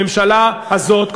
הממשלה הזאת,